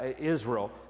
Israel